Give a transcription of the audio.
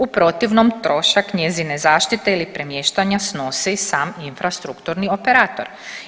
U protivnom trošak njezine zaštite ili premještanja snosi sam infrastrukturni operator.